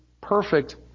perfect